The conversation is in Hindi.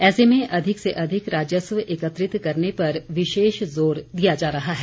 ऐसे में अधिक से अधिक राजस्व एकत्रित करने पर विशेष जोर दिया जा रहा है